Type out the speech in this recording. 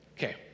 Okay